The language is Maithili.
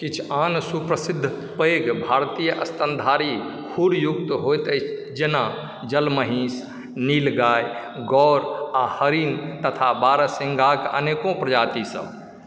किछु आन सुप्रसिद्ध पैघ भारतीय स्तनधारी खूरयुक्त होइत अछि जेना जलमहींस नीलगाय गौर आ हरिण तथा बारहसिङ्घाक अनेको प्रजाति सब